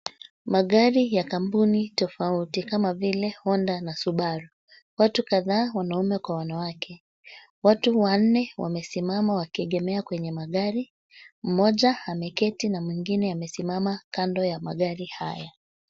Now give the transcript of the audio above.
Magari ya kampuni tofauti kama vile; honda na subaru. Watu kadhaa wanaume kwa wanawake. Watu wanne wamesimama wakiegemea kwenye magari, mmoja ameketi na mwingine amesimama kando ya magari haya.